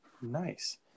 Nice